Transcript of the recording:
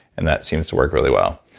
and that seems to work really well.